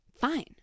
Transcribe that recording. fine